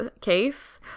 case